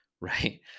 Right